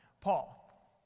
Paul